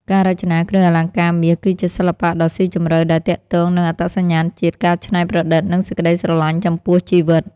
ការរចនាគ្រឿងអលង្ការមាស គឺជាសិល្បៈដ៏ស៊ីជម្រៅដែលទាក់ទងនឹងអត្តសញ្ញាណជាតិ ការច្នៃប្រឌិត និងសេចក្ដីស្រឡាញ់ចំពោះជីវិត។